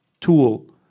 tool